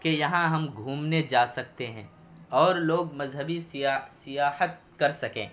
کہ یہاں ہم گھومنے جا سکتے ہیں اور لوگ مذہبی سیا سیاحت کر سکیں